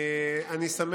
תודה רבה.